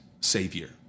savior